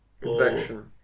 convection